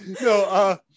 No